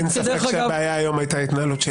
אין ספק שהבעיה היום הייתה ההתנהלות שלי.